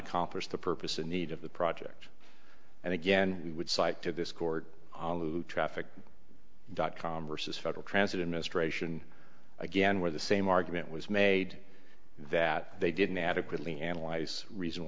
accomplish the purpose in need of the project and again we would cite to this court alu traffic dot com versus federal transit administration again where the same argument was made that they didn't adequately analyze reasona